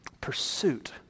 pursuit